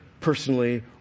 personally